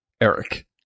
Eric